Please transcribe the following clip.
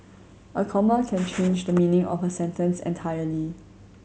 a comma can change the meaning of a sentence entirely